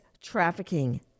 trafficking